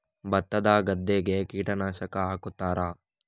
ಭತ್ತದ ಗದ್ದೆಗೆ ಕೀಟನಾಶಕ ಹಾಕುತ್ತಾರಾ?